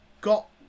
got